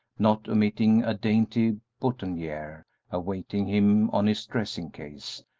not omitting a dainty boutonniere awaiting him on his dressing-case,